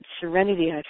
serenity